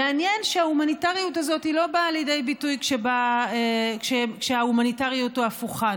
מעניין שההומניטריות הזאת לא באה לידי ביטוי כשההומניטריות הפוכה.